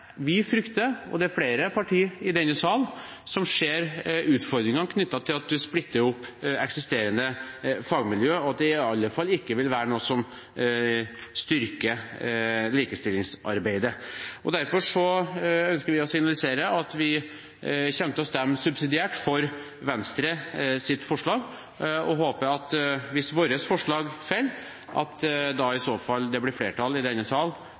vi frykter – og det er flere partier i denne salen som ser utfordringene knyttet til at man splitter opp eksisterende fagmiljøer – at det i alle fall ikke vil være noe som styrker likestillingsarbeidet. Derfor ønsker vi å signalisere at vi kommer til å stemme subsidiært for Venstres forslag, og vi håper at det, hvis vårt forslag faller, i så fall blir flertall i denne sal